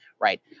right